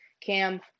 Cam